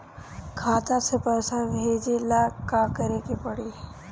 खाता से पैसा भेजे ला का करे के पड़ी?